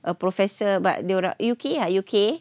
a professor but dia orang U_K lah U_K